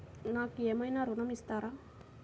నాకు ఏమైనా ఋణం ఇస్తారా?